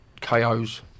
KO's